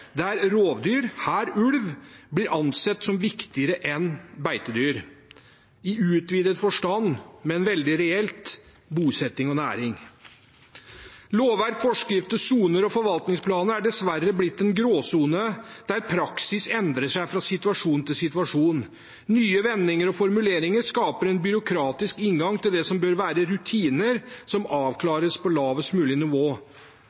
der rovdyr, her ulv, blir ansett som viktigere enn beitedyr og – i utvidet forstand, men veldig reelt – bosetting og næring. Lovverk, forskrifter, soner og forvaltningsplaner er dessverre blitt en gråsone der praksis endrer seg fra situasjon til situasjon. Nye vendinger og formuleringer skaper en byråkratisk inngang til det som bør være rutiner som avklares på lavest mulig nivå.